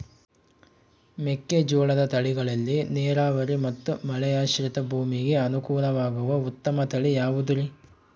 ಮೆಕ್ಕೆಜೋಳದ ತಳಿಗಳಲ್ಲಿ ನೇರಾವರಿ ಮತ್ತು ಮಳೆಯಾಶ್ರಿತ ಭೂಮಿಗೆ ಅನುಕೂಲವಾಗುವ ಉತ್ತಮ ತಳಿ ಯಾವುದುರಿ?